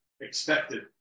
expected